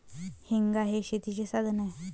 हेंगा हे शेतीचे साधन आहे